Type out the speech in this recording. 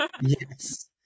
Yes